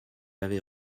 avait